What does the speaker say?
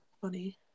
Funny